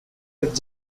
with